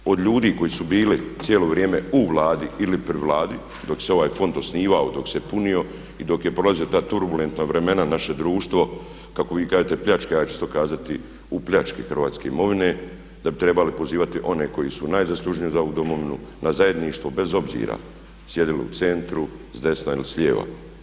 Tako da od ljudi koji su bili cijelo vrijeme u Vladi ili pri Vladi dok se ovaj fond osnivao, dok se punio i dok je prolazio ta turbulentna vremena naše društvo, kako vi kažete pljačke, ja ću isto kazati u pljački hrvatske imovine da bi trebali pozivati one koji su najzaslužniji za ovu Domovinu na zajedništvo bez obzira sjedili u centru, s desna ili s lijeva.